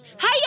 Hey